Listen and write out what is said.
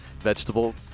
vegetable